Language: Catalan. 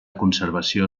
conservació